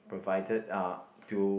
provided to